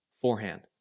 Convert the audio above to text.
forehand